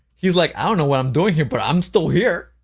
he's like, i don't know what i'm doing here but i'm still here,